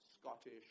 Scottish